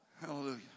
hallelujah